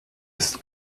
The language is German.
ist